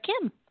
Kim